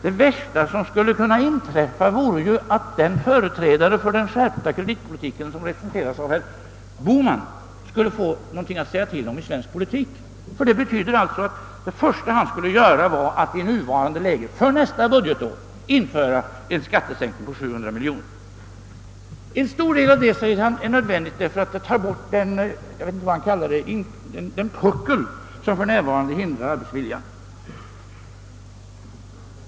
Det värsta som skulle kunna inträffa vore nu att den företrädare för en skärpning av finanspolitiken som herr Bohman är skulle få någonting att säga till om i svensk politik, ty det skulle betyda att det som i första hand skulle göras i nuvarande läge vore att för nästa budgetår genomföra en skattesänkning på 700 miljoner kronor. En stor del härav är nödvändig, säger herr Bohman, där för att det tar bort, jag tror han kallade det så, den puckel som för närvarande hindrar arbetsviljan.